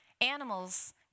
Animals